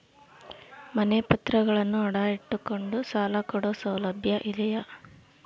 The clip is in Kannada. ಮನೆ ಪತ್ರಗಳನ್ನು ಅಡ ಇಟ್ಟು ಕೊಂಡು ಸಾಲ ಕೊಡೋ ಸೌಲಭ್ಯ ಇದಿಯಾ?